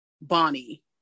bonnie